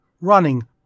running